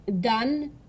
done